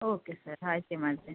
okay sir ಹಾಯಿಸಿ ಮಾಡ್ತೆ